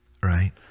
Right